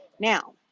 now